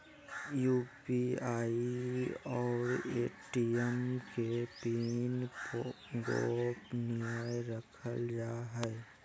UPI और ATM के PIN गोपनीय रखल जा हइ